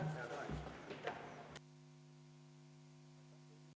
Kõik